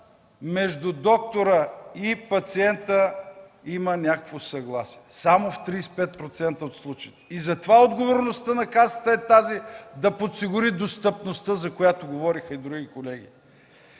между доктора и пациента има някакво съгласие. Само в 35% от случаите! И за това отговорността на Касата е тази – да подсигури достъпността, за която говориха и други колеги.